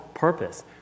Purpose